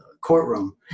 courtroom